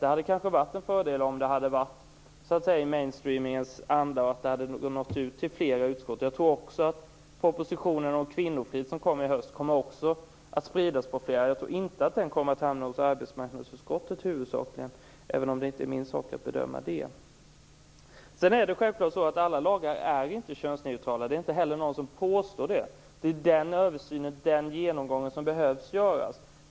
Det hade kanske varit en fördel om det så att säga hade skett i mainstreamingens anda och nått ut till flera utskott. Jag tror också att propositionen om kvinnofrid som kommer i höst kommer att spridas på flera utskott. Jag tror inte att den huvudsakligen kommer att hamna hos arbetsmarknadsutskottet, även om det inte är min sak att bedöma det. Alla lagar är självfallet inte könsneutrala. Det är inte heller någon som påstår det. Det behövs göras en översyn och en genomgång av detta.